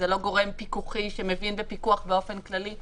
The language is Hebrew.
זה לא גורם פיקוחי שמבין בפיקוח באופן כללי,